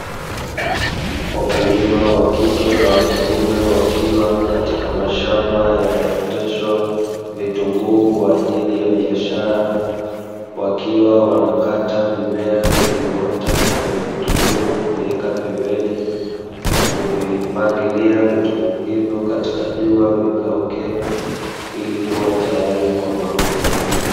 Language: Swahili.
Wakulima wa kike na wa kiume wakiwa katika mashamba yanayooteshwa vitunguu kwa ajili ya biashara, wakiwa wanakata mimea iliyoota kwenye vitunguu na kuiweka pembeni na kuvipangilia vitunguu hivyo katika jua, vikauke ili kuwa tayari kwa mauzo.